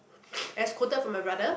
as quoted from my brother